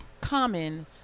common